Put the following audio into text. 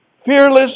Fearless